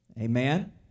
Amen